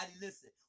listen